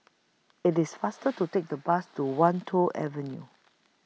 IT IS faster to Take The Bus to Wan Tho Avenue